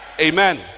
Amen